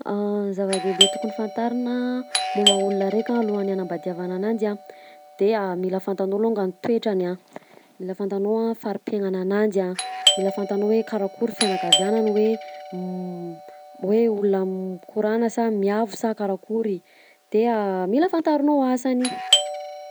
Zava-dehibe tokony fantarina momba olona raika a alohany anambadiavana ananjy a de mila fantanao longany toetrany a, mila fantanao farim-piaignana ananjy a, mila fantanao hoe karakory fianakaviagnany hoe hoe olona mikorana sa miavo sa karakory de mila fantarinao asany.